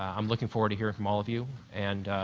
i'm looking forward to hearing from all of you and